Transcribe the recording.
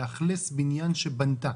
על לאכלס בניין שהיא בנתה.